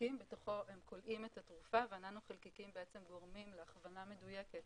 שבתוכם הם כולאים את התרופה והננו חלקיקים גורמים להכוונה מדויקת